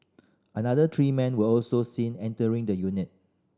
another three men were also seen entering the unit